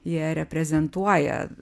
jie reprezentuoja